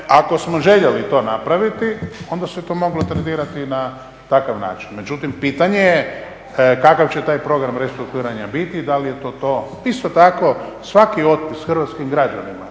ako smo željeli to napraviti onda se to moglo tretirati na takav način, međutim pitanje je kakav će taj program restrukturiranja biti i da li je to-to. Isto tako svaki otpis hrvatskim građanima